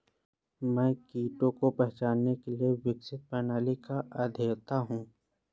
मैं कीट को पहचानने के लिए विकसित प्रणाली का अध्येता हूँ